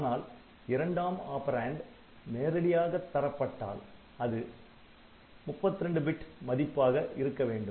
ஆனால் இரண்டாம் ஆப்பரேன்ட் நேரடியாக தரப்பட்டால் அது 32 பிட் மதிப்பாக இருக்க வேண்டும்